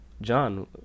John